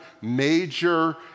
major